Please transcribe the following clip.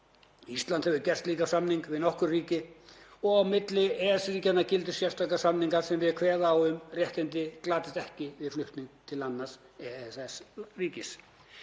Ísland hefur gert slíka samninga við nokkur ríki og á milli EES-ríkjanna gildir sérstakur samningur sem kveður á um að réttindi glatist ekki vegna flutnings til annars EES-ríkis.